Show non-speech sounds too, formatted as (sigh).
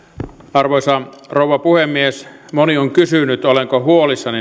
arvoisa rouva puhemies moni on kysynyt olenko huolissani (unintelligible)